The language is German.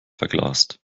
verglast